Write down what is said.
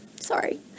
Sorry